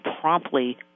promptly